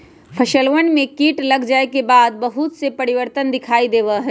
फसलवन में कीट लग जाये के बाद बहुत से परिवर्तन दिखाई देवा हई